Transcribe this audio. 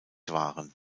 waren